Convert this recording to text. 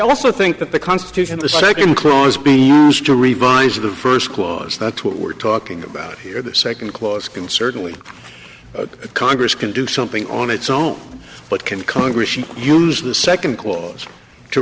also think that the constitution the second clause be used to revise the first clause that's what we're talking about here the second clause can certainly congress can do something on its own but can congress should use the second clause to